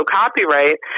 copyright